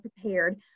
prepared